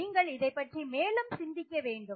நீங்கள் இதைப் பற்றி மேலும் சிந்திக்க வேண்டும்